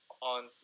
on